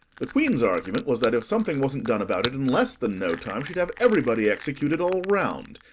the queen's argument was, that if something wasn't done about it in less than no time she'd have everybody executed, all round.